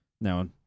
No